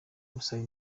gusaba